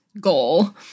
goal